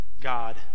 God